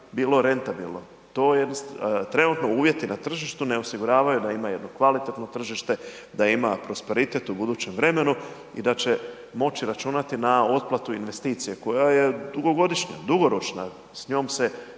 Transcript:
bilo rentabilno. To trenutno uvjeti na tržištu ne osiguravaju da imaju jedno kvalitetno tržište, da ima prosperitet u budućem vremenu i da će moći računati na otplatu investicije koja je dugogodišnja, dugoročna, s njom se